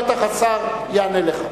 בטח השר יענה לך.